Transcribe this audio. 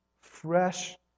fresh